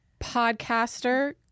podcaster